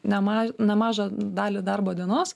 nema nemažą dalį darbo dienos